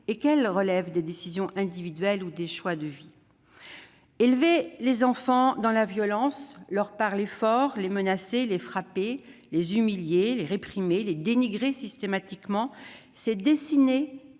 et qu'elle relève de décisions individuelles ou de choix de vie. Élever les enfants dans la violence- leur parler fort, les menacer, les frapper, les humilier, les réprimer, les dénigrer systématiquement -, c'est dessiner